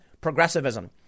progressivism